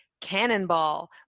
Cannonball